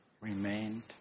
remained